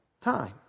time